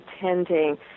attending